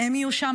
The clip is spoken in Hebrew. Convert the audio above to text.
הם שם,